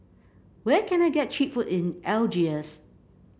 where can I get cheap food in Algiers